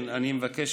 אני מבקש